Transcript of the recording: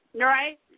right